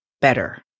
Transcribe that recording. better